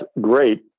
great